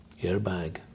airbag